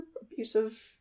abusive